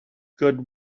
good